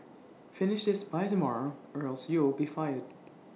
finish this by tomorrow or else you'll be fired